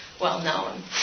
well-known